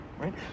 right